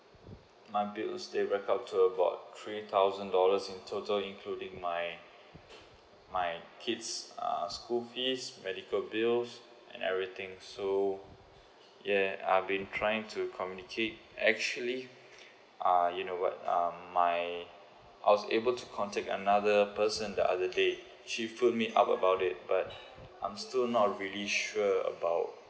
my bills stacked up to about three thousand dollars in total including my my kids uh school fees medical bills and everything so yeah I've been trying to communicate actually uh you know what um my I was able to contact another person the other day she put me up about it but I'm still not really sure about